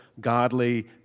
godly